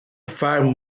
farm